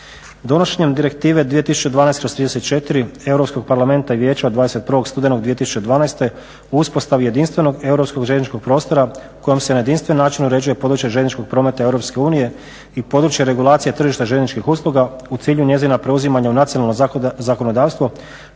Donošenjem Direktive 2012./34 Europskog parlamenta i Vijeća od 21. studenog 2012. u uspostavi jedinstvenog europskog željezničkog prostora kojim se na jedinstven način uređuje područje željezničkog prometa Europske unije i područje regulacije tržišta željezničkih usluga u cilju njezina preuzimanja u nacionalno zakonodavstvo